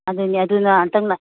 ꯑꯗꯨꯅꯤ ꯑꯗꯨꯅ